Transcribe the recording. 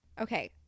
Okay